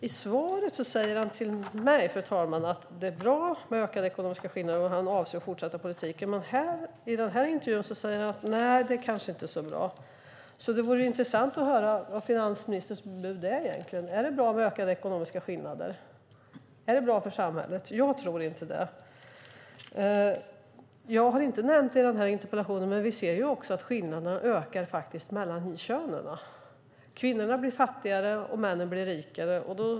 I svaret till mig säger finansministern att det är bra med ökade ekonomiska skillnader och att han avser att fortsätta den politiken. Men i intervjun säger han att det kanske inte är så bra. Det vore intressant att höra vad finansministerns bud är. Är det bra med ökade ekonomiska skillnader? Är det bra för samhället? Jag tror inte det. I interpellationen har jag inte nämnt det, men vi ser att skillnaderna ökar också mellan könen. Kvinnorna blir fattigare och männen blir rikare.